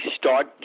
start